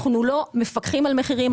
אנחנו לא מפקחים על מחירים,